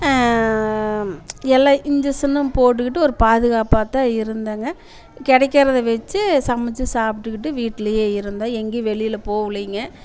எல்லா இன்ஜக்ஷன்னும் போட்டுகிட்டு ஒரு பாதுகாப்பாகத்தான் இருந்தாங்க கிடைக்கிறத வச்சு சமைச்சு சாப்பிட்டுகிட்டு வீட்லையே இருந்தோம் எங்கேயும் வெளியில் போவலைங்க